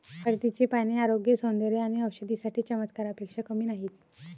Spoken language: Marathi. हळदीची पाने आरोग्य, सौंदर्य आणि औषधी साठी चमत्कारापेक्षा कमी नाहीत